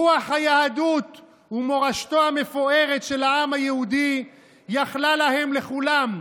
רוח היהדות ומורשתו המפוארת של העם היהודי יכלה להם לכולם,